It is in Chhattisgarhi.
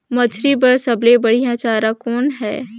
मछरी बर सबले बढ़िया चारा कौन हे?